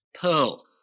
pearl